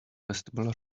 vestibular